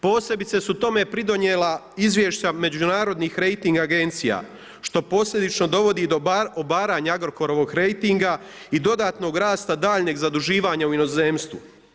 Posebice su tome pridonijela izvješća međunarodnih rejting agencija, što posljedično dovodi do obaranja agrokorovog rejtinga i dodatnog rasta daljnjeg zaduživanja u inozemstvu.